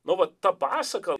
nu vat ta pasaka